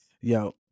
Yo